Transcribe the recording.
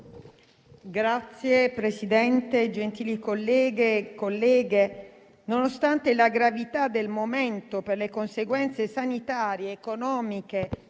Signor Presidente, gentili colleghi e colleghe, nonostante la gravità del momento per le conseguenze sanitarie, economiche